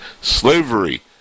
Slavery